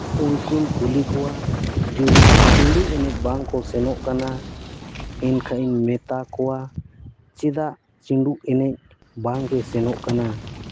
ᱩᱱᱠᱩᱧ ᱠᱩᱞᱤ ᱠᱚᱣᱟ ᱡᱩᱫᱤ ᱪᱷᱤᱸᱰᱩ ᱮᱱᱮᱡ ᱵᱟᱝ ᱠᱚ ᱥᱮᱱᱚᱜ ᱠᱟᱱᱟ ᱮᱱᱠᱷᱟᱱᱤᱧ ᱢᱮᱛᱟ ᱠᱚᱣᱟ ᱪᱮᱫᱟᱜ ᱪᱷᱤᱸᱰᱩ ᱮᱱᱮᱡ ᱵᱟᱝ ᱵᱚ ᱥᱮᱱᱚᱜ ᱠᱟᱱᱟ